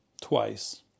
twice